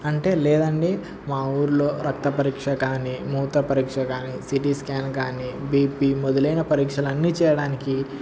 అంటే లేదండి మా ఊరిలో రక్త పరీక్ష కానీ మూత్ర పరీక్ష కానీ సీ టీ స్కాన్ కానీ బీ పీ మొదలైన పరీక్షలు అన్నీ చేయడానికి